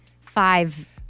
five